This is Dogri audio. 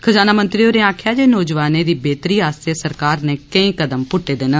खज़ाना मंत्री होरें आक्खेया जे नौजवानें दी बेहतरी आस्तै सरकार नै केंई कदम पुट्टे देन